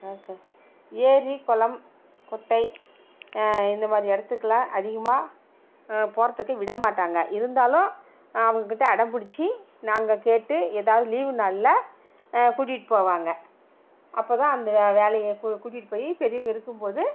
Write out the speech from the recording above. ஏரி குளம் குட்டை இந்த மாதிரி இடத்துக்குலாம் அதிகமாக போகிறதுக்கு விட மாட்டாங்க இருந்தாலும் அவங்க கிட்டே அடம் பிடிச்சி நாங்கள் கேட்டு எதாவது லீவ் நாளில் கூட்டிகிட்டு போவாங்க அப்போ தான் அந்த வேலை கூட்டிகிட்டு போய் பெரியவங்க இருக்கும் போது